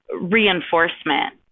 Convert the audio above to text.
reinforcement